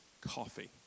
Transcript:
coffee